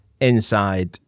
inside